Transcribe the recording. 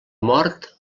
mort